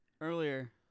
earlier